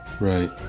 Right